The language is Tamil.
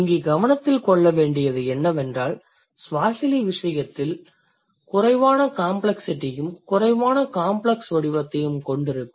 இங்கே கவனத்தில் கொள்ளவேண்டியது என்னவென்றால் Swahili விசயத்தில் குறைவான காம்ப்ளக்சிட்டியும் குறைவான காம்ப்ளக்ஸ் வடிவத்தையும் கொண்டிருக்கும்